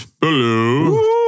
Hello